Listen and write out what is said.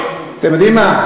אתם יודעים מה?